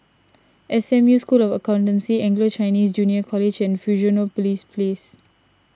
S M U School of Accountancy Anglo Chinese Junior College and Fusionopolis Place